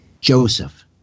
Joseph